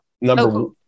number